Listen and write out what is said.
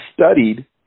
studied